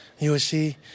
USC